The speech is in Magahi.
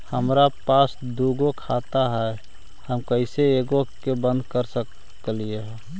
हमरा पास दु गो खाता हैं, हम कैसे एगो के बंद कर सक हिय?